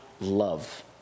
love